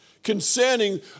Concerning